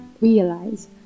realize